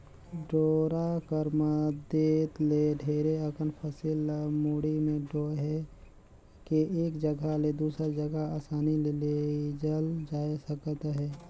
डोरा कर मदेत ले ढेरे अकन फसिल ल मुड़ी मे डोएह के एक जगहा ले दूसर जगहा असानी ले लेइजल जाए सकत अहे